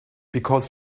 because